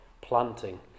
planting